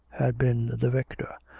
had been the victor,